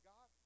God